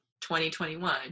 2021